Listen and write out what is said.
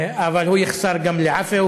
אבל הוא יחסר גם לעפו,